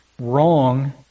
wrong